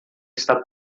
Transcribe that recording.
está